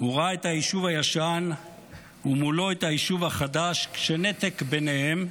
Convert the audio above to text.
הוא ראה את היישוב הישן ומולו את היישוב החדש כשנתק ביניהם,